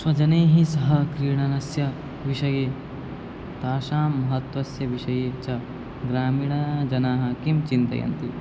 स्वजनैः सह क्रीडनस्य विषये तेषां महत्त्वस्य विषये च ग्रामीणजनाः किं चिन्तयन्ति